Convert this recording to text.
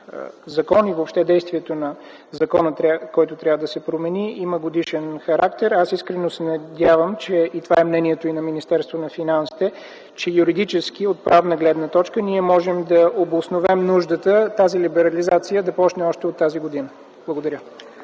закон, въобще действието на закона, който трябва да се промени, има годишен характер? Аз искрено се надявам, а това е и мнението на Министерството на финансите, че юридически, от правна гледна точка, ние можем да обосновем нуждата тази либерализация да започне още от тази година. Благодаря.